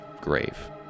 grave